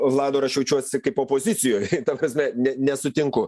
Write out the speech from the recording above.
vladą ir aš jaučiuosi kaip opozicijoj ta prasme ne nesutinku